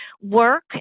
work